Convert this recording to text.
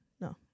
no